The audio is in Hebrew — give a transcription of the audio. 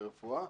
ברפואה,